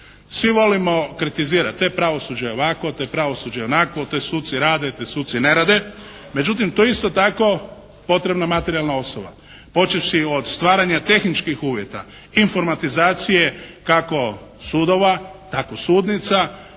Svi volimo kritizirati te je pravosuđe ovakvo, te je pravosuđe onakvo, te suci rade, te suci ne rade. Međutim tu je isto tako potrebna materijalna osnova počevši od stvaranja tehničkih uvjeta, informatizacije kako sudova tako sudnica